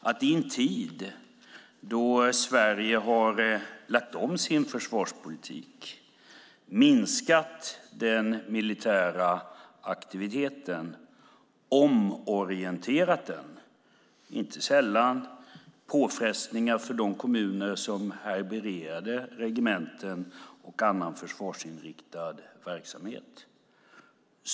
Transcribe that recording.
Detta är i en tid då Sverige har lagt om sin försvarspolitik, minskat den militära aktiviteten och omorienterat den, inte sällan med påfrestningar för de kommuner som härbärgerade regementen och annan försvarsinriktad verksamhet.